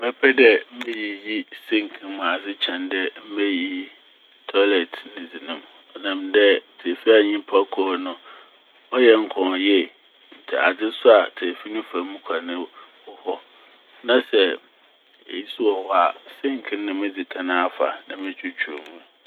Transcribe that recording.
Mɛpɛ dɛ meyiyi "sink" ne mu adze kyɛn dɛ meyiyi "toilet" ne dze no mu. Ɔnam dɛ tsiefi a nyimpa kɔ mu no ɔyɛ nkɔw yie, ntsi adze so a tsiefi ne fa mu kɔ no. Na sɛ nsu wɔ hɔ a "sink" no na medzi kan afa na metwitwuw mu.